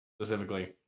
Specifically